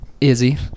Izzy